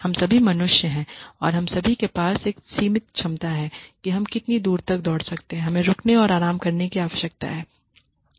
हम सभी मनुष्य हैं और हम सभी के पास एक सीमित क्षमता है कि हम कितनी दूर तक दौड़ सकते हैं हमें रुकने और आराम करने की आवश्यकता है